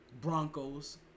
Broncos